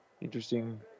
Interesting